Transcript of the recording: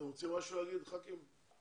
אתם רוצים משהו להגיד, ח"כים?